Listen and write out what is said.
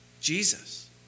Jesus